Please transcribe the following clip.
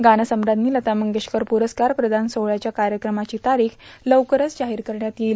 गानसम्राजी लता मंगेशकर पुरस्कार प्रदान सोहळ्याच्या कायक्रमाची तारीख लवकरच जाहीर करण्यात येणार आहे